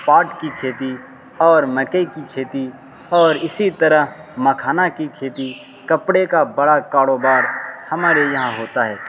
پاٹ کی کھیتی اور مکے کی کھیتی اور اسی طرح مکھانا کی کھیتی کپڑے کا بڑا کاروبار ہمارے یہاں ہوتا ہے